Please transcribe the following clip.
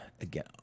again